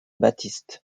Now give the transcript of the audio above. baptiste